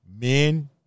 Men